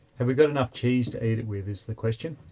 have we got enough cheese to eat it with is the question?